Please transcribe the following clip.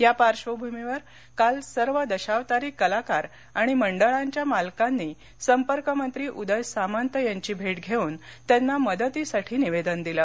या पार्श्वभूमीवर काल सर्व दशावतारी कलाकार आणि मंडळांच्या मालकांनी संपर्कमंत्री उदय सामंत यांची भेट घेऊन त्यांना मदतीसाठी निवेदन दिल